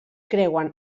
creuen